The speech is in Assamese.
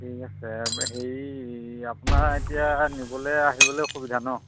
ঠিক আছে হেৰি আপোনাৰ এতিয়া নিবলে আহিবলৈ অসুবিধা ন